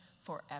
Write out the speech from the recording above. forever